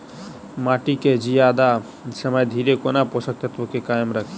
माटि केँ जियादा समय धरि कोना पोसक तत्वक केँ कायम राखि?